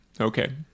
Okay